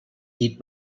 eat